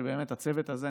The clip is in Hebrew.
שבאמת הצוות הזה,